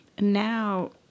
now